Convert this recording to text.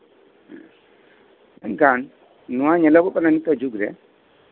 ᱢᱮᱱᱠᱷᱟᱱ ᱱᱚᱶᱟ ᱧᱮᱞᱚᱜᱚᱜ ᱠᱟᱱᱟ ᱱᱤᱛᱚᱜ ᱟᱜ ᱡᱩᱜᱽᱨᱮ